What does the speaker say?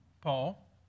Paul